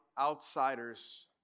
outsiders